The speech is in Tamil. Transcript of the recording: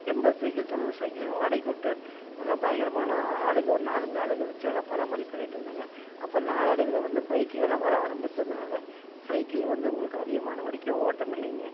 எண்பது சைக்கிள் தொண்ணுறு சைக்கிள் வாடகைக்கு விட்டு நல்ல பயங்கரமான ஆளுக்கு ஒரு நாலஞ்சு ஆளுக்கு வச்சு நல்லா பராமரிப்பு பண்ணிட்டு இருந்தேங்க அப்புறம் நாளடைவில வந்து பைக்குகள்லாம் வர ஆரம்மிச்சதுனால சைக்கிள் வந்து உங்களுக்கு அதிகமான வழிக்கு ஓட்டமில்லைங்க